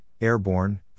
Airborne